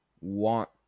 want